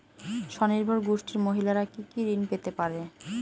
স্বনির্ভর গোষ্ঠীর মহিলারা কি কি ঋণ পেতে পারে?